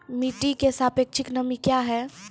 मिटी की सापेक्षिक नमी कया हैं?